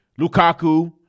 Lukaku